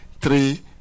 three